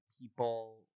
people